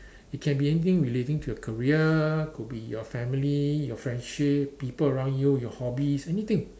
it can be anything relating to your career could be your family your friendship people around you your hobbies anything